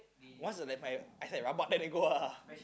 what's the I say rabak then they go ah